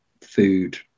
food